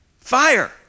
Fire